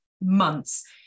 months